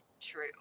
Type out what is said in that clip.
true